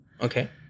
okay